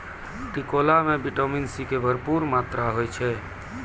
टिकोला मॅ vitamin C के भरपूर मात्रा होय छै